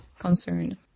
concerned